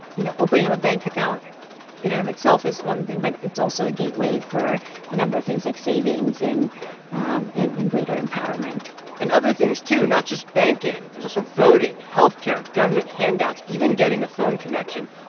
you know, opening up a bank account in and of itself is one thing, but it's also a gateway for a number of things, like savings and and and greater empowerment and other things, too, not just banking. there's also voting, health care, government handouts, even getting a phone connection.